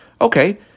Okay